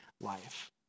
life